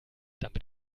damit